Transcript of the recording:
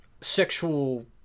sexual